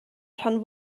rhan